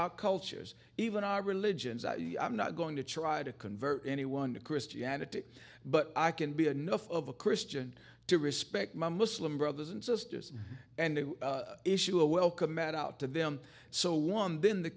our cultures even our religions i'm not going to try to convert anyone to christianity but i can be enough of a christian to respect my muslim brothers and sisters and issue a welcome mat out to them so long been the